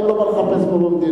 אין לו מה לחפש פה במדינה.